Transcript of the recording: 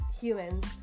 humans